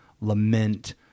lament